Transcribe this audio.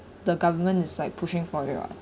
the government is like pushing for your